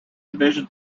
division